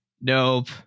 nope